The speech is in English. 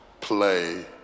play